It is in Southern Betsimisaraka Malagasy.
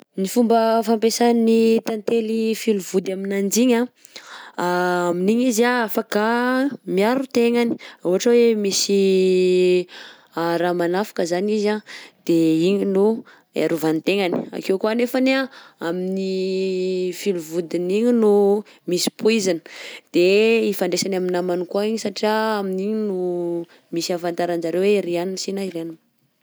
Ny fomba fampianarana tantely filovody aminanjy igny anh amin'igny izy anh afaka miaro tegnany, ohatra hoe misy raha manafika zany izy anh de igny no iarovany tegnany, akeo koa anefany anh amin'ny filovodiny io no misy poizina. _x000D_ De ifandraisany am'namany koa igny satria amin'igny no misy ahafantaran-jareo hoe ry i anona si na ry i anona.